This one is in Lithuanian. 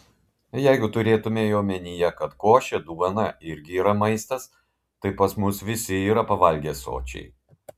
jeigu turėtumei omenyje kad košė duona irgi yra maistas tai pas mus visi yra pavalgę sočiai